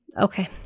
Okay